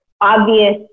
obvious